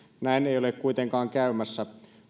näin ei ole kuitenkaan käymässä